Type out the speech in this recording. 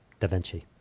DaVinci